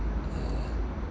uh